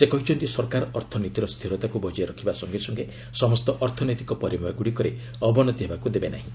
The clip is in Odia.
ସେ କହିଛନ୍ତି ସରକାର ଅର୍ଥନୀତିର ସ୍ଥିରତାକୁ ବଜାୟ ରଖିବା ସଙ୍ଗେ ସଙ୍ଗେ ସମସ୍ତ ଅର୍ଥନୈତିକ ପରିମେୟଗୁଡ଼ିକରେ ଅବନ୍ନତି ହେବାକୁ ଦେବେ ନାହିଁ